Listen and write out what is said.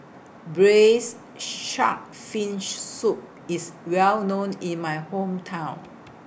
Braised Shark Fin Soup IS Well known in My Hometown